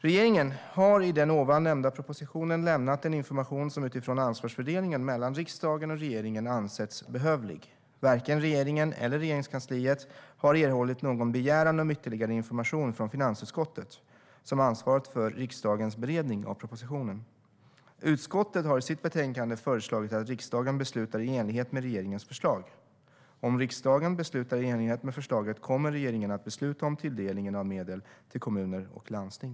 Regeringen har i den ovan nämnda propositionen lämnat den information som utifrån ansvarsfördelningen mellan riksdagen och regeringen ansetts behövlig. Varken regeringen eller Regeringskansliet har erhållit någon begäran om ytterligare information från finansutskottet, som ansvarat för riksdagens beredning av propositionen. Utskottet har i sitt betänkande föreslagit att riksdagen beslutar i enlighet med regeringens förslag . Om riksdagen beslutar i enlighet med förslaget kommer regeringen att besluta om tilldelningen av medel till kommuner och landsting.